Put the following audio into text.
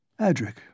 Adric